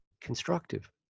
constructive